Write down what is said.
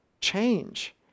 Change